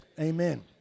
amen